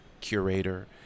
curator